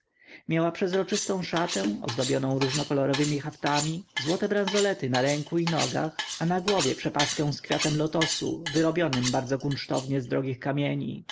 miała przezroczystą szatę ozdobioną różnokolorowemi haftami złote branzolety na ręku i nogach a na głowie przepaskę z kwiatem lotosu wyrobionym bardzo kunsztownie z drogich kamieni